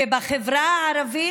ובחברה הערבית,